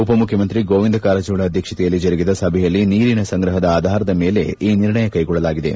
ಉಪಮುಖ್ಯಮಂತ್ರಿ ಗೋವಿಂದ ಕಾರಜೋಳ ಅಧ್ಯಕ್ಷತೆಯಲ್ಲಿ ಜರುಗಿದ ಸಭೆಯಲ್ಲಿ ನೀರಿನ ಸಂಗ್ರಹದ ಆಧಾರದ ಮೇಲೆ ಈ ನಿರ್ಣಯ ಕೈಗೊಳ್ಳಲಾಯಿತು